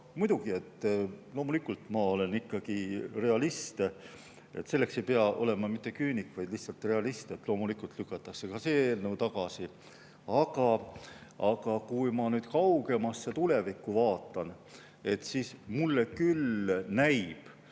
muidugi, ma olen ikkagi realist. Selleks ei pea olema küünik, vaid lihtsalt realist: loomulikult lükatakse ka see eelnõu tagasi. Kui ma nüüd kaugemasse tulevikku vaatan, siis mulle küll näib,